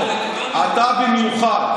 לא, אתה במיוחד.